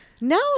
No